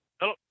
Hello